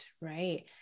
right